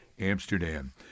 Amsterdam